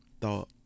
thought